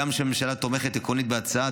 הגם שהממשלה תומכת עקרונית בהצעה,